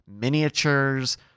miniatures